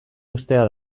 uztea